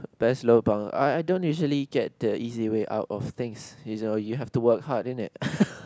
best lobang I I don't usually get the easy way out of things you know you have to work hard in it